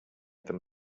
them